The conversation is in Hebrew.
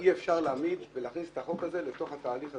שאי אפשר להכניס את החוק הזה לתוך התהליך הזה.